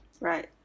Right